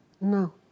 No